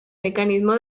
mecanismo